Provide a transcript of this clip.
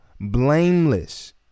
blameless